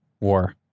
war